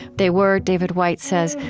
they were, david whyte says,